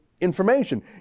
information